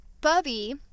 Bubby